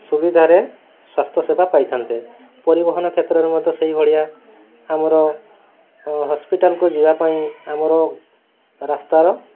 ସୁବିଧାରେ ସ୍ୱାସ୍ଥ୍ୟସେବା ପାଇଥାନ୍ତେ ପରିବହନ କ୍ଷେତ୍ରରେ ମଧ୍ୟ ସେହିଭଳିଆ ଆମର ହସ୍ପିଟାଲ୍କୁ ଯିବା ପାଇଁ ଆମର ରାସ୍ତାର